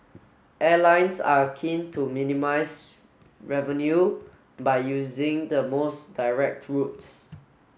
airlines are keen to minimise revenue by using the most direct routes